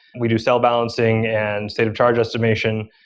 we do sell balancing and state of charge estimation,